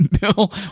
bill